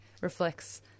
reflects